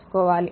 అందుకే p vi